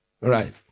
right